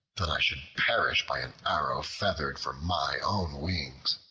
that i should perish by an arrow feathered from my own wings.